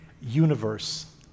universe